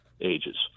ages